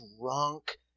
drunk